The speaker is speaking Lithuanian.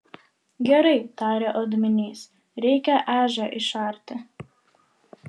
gerai tarė odminys reikia ežią išarti